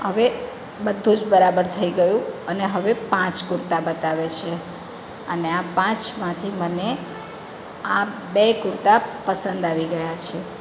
હવે બધું જ બરાબર થઈ ગયું અને હવે પાંચ કુર્તા બતાવે છે અને પાંચમાંથી મને આ બે કુર્તા પસંદ આવી ગયા છે